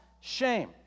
shame